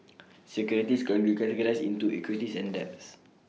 securities can be categorized into equities and debts